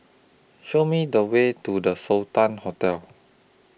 Show Me The Way to The Sultan Hotel